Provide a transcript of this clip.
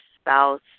spouse